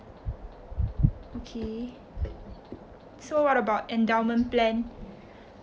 okay so what about endowment plan